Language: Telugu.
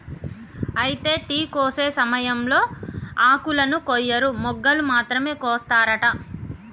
అయితే టీ కోసే సమయంలో ఆకులను కొయ్యరు మొగ్గలు మాత్రమే కోస్తారట